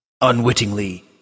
unwittingly